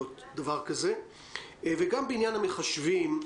היום אני עובד אישית מול המחוזות ואל מול מנהלי מוסדות החינוך.